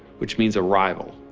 which means arrival.